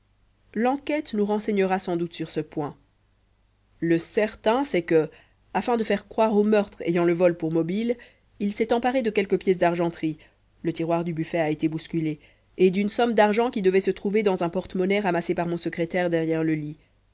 l'enquête nous renseignera sans doute sur ce point le certain c'est que afin de faire croire au meurtre ayant le vol pour mobile il s'est emparé de quelques pièces d'argenterie le tiroir du buffet a été bousculé et d'une somme d'argent qui devait se trouver dans un porte-monnaie ramassé par mon secrétaire derrière le lit